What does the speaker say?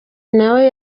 nawe